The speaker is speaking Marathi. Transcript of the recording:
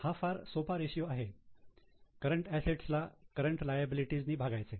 हा फार सोपा रेशियो आहे करंट असेट्स ला करंट लायबिलिटी नी भागायचे